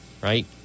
right